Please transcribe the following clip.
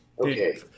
okay